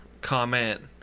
Comment